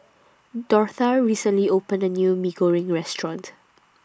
Dortha recently opened A New Mee Goreng Restaurant